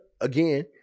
again